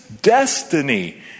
Destiny